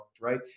right